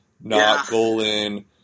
not-goal-in